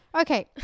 Okay